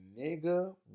nigga